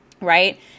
right